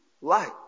light